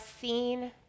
seen